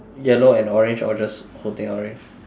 yellow and orange or just whole thing orange